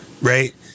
right